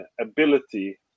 ability